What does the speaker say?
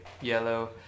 yellow